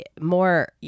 More